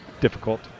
difficult